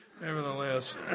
Nevertheless